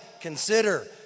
consider